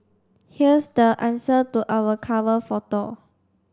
here's the answer to our cover photo